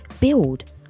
build